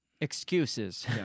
excuses